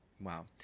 Wow